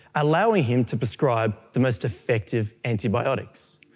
allowing him to prescribe the most effective antibiotics.